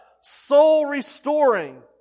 soul-restoring